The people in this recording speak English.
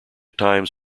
times